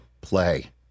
play